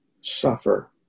suffer